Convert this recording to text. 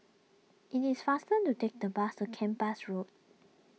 it is faster to take the bus to Kempas Road